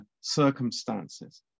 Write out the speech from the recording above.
circumstances